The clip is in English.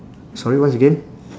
sorry what's again